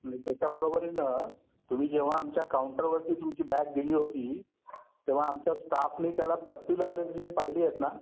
नाही त्याच्याबरोबरीनं तुम्ही जेव्हा आमच्या काउंटरवरती तुमची बॅग दिली होती तेव्हा आमच्या स्टाफनी त्याला पट्टी लावलेली तुम्ही पाहिली आहेत ना